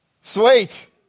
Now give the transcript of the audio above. Sweet